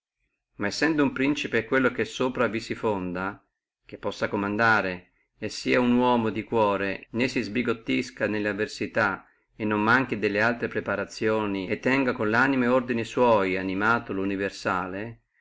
ma sendo uno principe che vi fondi su che possa comandare e sia uomo di core né si sbigottisca nelle avversità e non manchi delle altre preparazioni e tenga con lanimo et ordini sua animato luniversale